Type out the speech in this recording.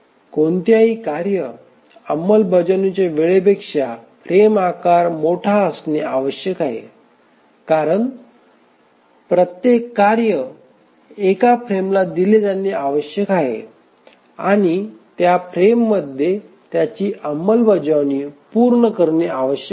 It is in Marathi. कोणत्याही कार्य अंमलबजावणीच्या वेळेपेक्षा फ्रेम आकार मोठा असणे आवश्यक आहे कारण प्रत्येक कार्य एका फ्रेमला दिले जाणे आवश्यक आहे आणि त्या फ्रेममध्ये त्याची अंमलबजावणी पूर्ण करणे आवश्यक आहे